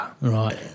right